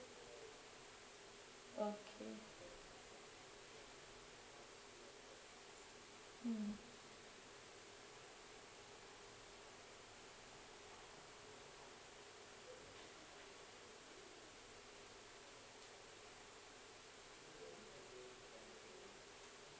okay mm